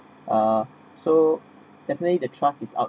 uh so definitely the trust is out